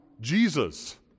Jesus